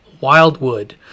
Wildwood